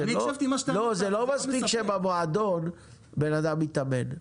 זה לא מספיק שבמועדון בן אדם מתאמן.